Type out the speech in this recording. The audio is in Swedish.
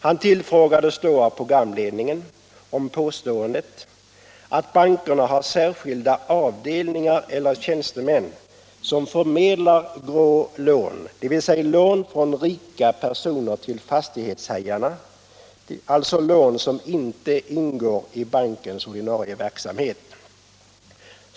Han tillfrågades då av programledningen om påståendet att bankerna har särskilda avdelningar eller tjänstemän som förmedlar grå lån, dvs. lån från rika personer till fastighetshajarna, alltså lån som inte ingår i bankens ordinarie verksamhet.